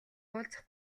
уулзах